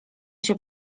się